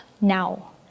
now